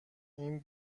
این